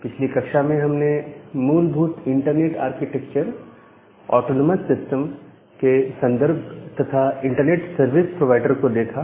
पिछली कक्षा में हमने मूलभूत इंटरनेट आर्किटेक्चर ऑटोनॉमस सिस्टम के संदर्भ तथा इंटरनेट सर्विस प्रोवाइडर को देखा है